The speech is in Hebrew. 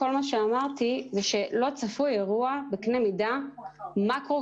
כל מה שאמרתי הוא שלא צפוי אירוע בקנה מדינה מקרו-כלכלי